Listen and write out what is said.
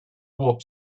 warp